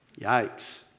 Yikes